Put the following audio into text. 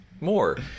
More